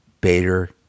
Bader